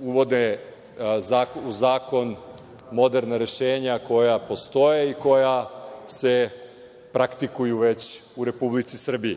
uvode u zakon moderna rešenja koja postoje i koja se praktikuju već u Republici Srbiji.